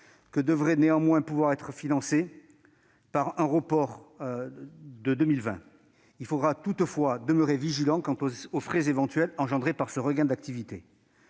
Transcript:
qui devrait néanmoins pouvoir être financée par un report des crédits de 2020. Il faudra toutefois demeurer vigilant quant aux frais éventuels générés par ce regain d'activité.